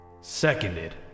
Seconded